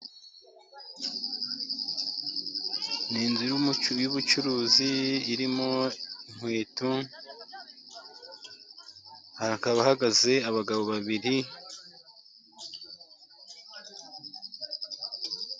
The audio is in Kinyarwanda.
Ni inzu y'ubucuruzi, irimo inkweto, hakaba hahagaze abagabo babiri.